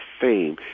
Fame